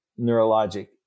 neurologic